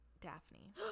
Daphne